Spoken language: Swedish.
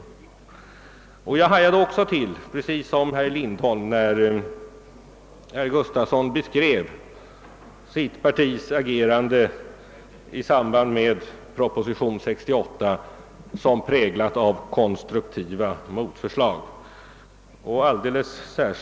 Precis som herr Lindholm hajade jag till, när herr Gustafson beskrev sitt partis agerande i samband med proposition nr 68 såsom präglat av konstruktiva motförslag.